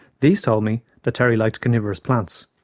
these told me that terry liked carnivorous plants,